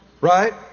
Right